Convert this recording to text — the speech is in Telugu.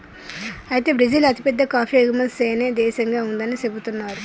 అయితే బ్రిజిల్ అతిపెద్ద కాఫీ ఎగుమతి సేనే దేశంగా ఉందని సెబుతున్నారు